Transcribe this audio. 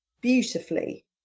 beautifully